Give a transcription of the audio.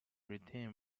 retain